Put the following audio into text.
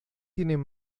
tienen